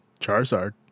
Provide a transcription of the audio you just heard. Charizard